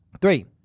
Three